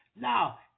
Now